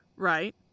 Right